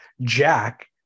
Jack